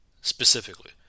specifically